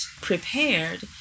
prepared